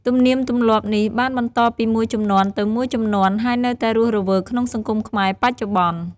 ទំនៀមទម្លាប់នេះបានបន្តពីមួយជំនាន់ទៅមួយជំនាន់ ហើយនៅតែរស់រវើកក្នុងសង្គមខ្មែរបច្ចុប្បន្ន។